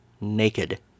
naked